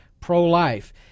pro-life